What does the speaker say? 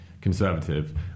conservative